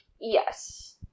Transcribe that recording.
Yes